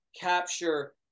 capture